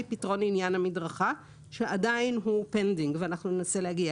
פתרון עניין המדרכה שעדיין הוא פנדינג ואנחנו ננסה להגיע